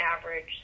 average